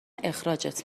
اخراجت